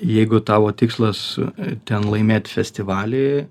jeigu tavo tikslas ten laimėt festivalį